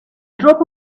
drop